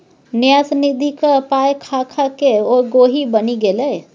न्यास निधिक पाय खा खाकए ओ गोहि बनि गेलै